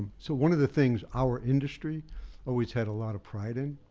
so one of the things our industry always had a lot of pride in.